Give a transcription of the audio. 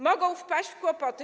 Mogą wpaść w kłopoty.